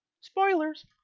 Spoilers